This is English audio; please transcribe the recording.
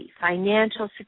financial